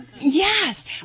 Yes